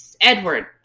Edward